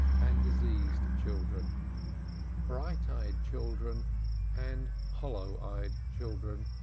and diseased children bright-eyed children and hollow-eyed children